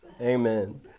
Amen